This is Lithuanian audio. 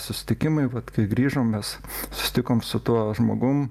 susitikimai vat kai grįžom mes susitikom su tuo žmogum